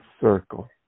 circle